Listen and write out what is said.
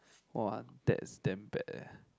!wah! that's damn bad eh